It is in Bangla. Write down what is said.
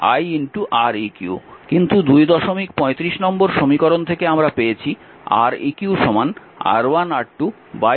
কিন্তু 235 নম্বর সমীকরণ থেকে আমরা পেয়েছি Req R1 R2 R1 R2